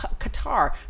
Qatar